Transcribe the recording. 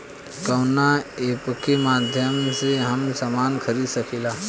कवना ऐपके माध्यम से हम समान खरीद सकीला?